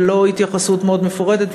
ולא התייחסות מאוד מפורטת.